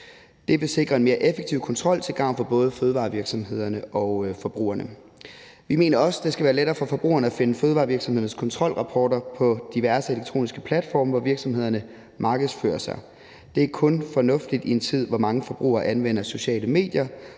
Det vil sikre en mere effektiv kontrol til gavn for både fødevarevirksomhederne og forbrugerne. Vi mener også, at det skal være lettere for forbrugerne at finde fødevarevirksomhedernes kontrolrapporter på diverse elektroniske platforme, hvor virksomhederne markedsfører sig. Det er kun fornuftigt i en tid, hvor mange forbrugere anvender sociale medier